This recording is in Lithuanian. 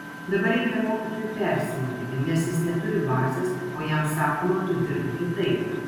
dabar reikia mokytojui persimokyti nes jis neturi bazės o jam sakoma tu dirbk kitaip